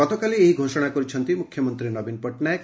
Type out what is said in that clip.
ଗତକାଲି ଏହି ଘୋଷଣା କରିଛନ୍ତି ମୁଖ୍ୟମନ୍ତୀ ନବୀନ ପଟ୍ଟନାୟକ